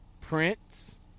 Prince